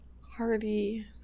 hearty